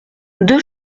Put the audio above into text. deux